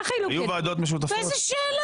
איזה שאלה.